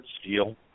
steel